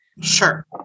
Sure